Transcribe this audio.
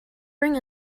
bring